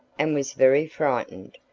and was very frightened.